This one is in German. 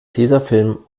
tesafilm